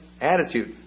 attitude